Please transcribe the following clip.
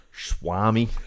swami